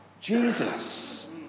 Jesus